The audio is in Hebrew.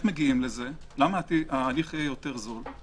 למה ההליך יותר זול-